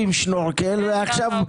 לכן שאלתי אתכם.